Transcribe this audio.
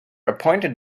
appointed